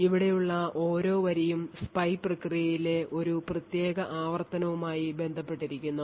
ഇവിടെയുള്ള ഓരോ വരിയും സ്പൈ പ്രക്രിയയിലെ ഒരു പ്രത്യേക ആവർത്തനവുമായി ബന്ധപ്പെട്ടിരിക്കുന്നു